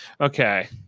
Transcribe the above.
okay